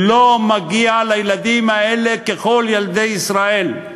לא מגיע לילדים האלה כלכל ילדי ישראל.